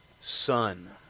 son